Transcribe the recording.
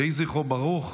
יהי זכרו ברוך.